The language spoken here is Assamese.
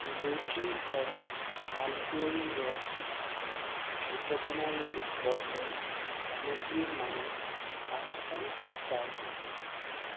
নিউট্ৰিঅৰ্গ চালকুঁৱৰীৰ ৰস ঘৃতকুমাৰীৰ ৰসৰ সামগ্ৰীৰ মানত পাঁচটা ষ্টাৰ দিয়া